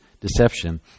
deception